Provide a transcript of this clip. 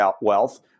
wealth